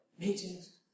meetings